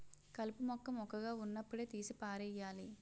కలుపు మొక్క మొక్కగా వున్నప్పుడే తీసి పారెయ్యాలి